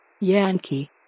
Yankee